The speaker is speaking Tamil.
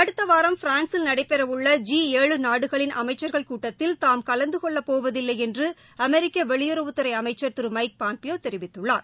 அடுத்தவாரம் பிரான்ஸில் நடைபெறவுள்ள ஜி ஏழு நாடுகளின் அமைச்சள்கள் கூட்டத்தில் தாம் கலந்துகொள்ளப்போவதில்லைஎன்றுஅமெரிக்கவெளியுறவுத்துறைஅமைச்சர் மைக் பாம்பியோதெரிவித்துள்ளார்